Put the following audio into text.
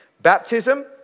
Baptism